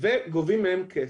וגובים מהם כסף.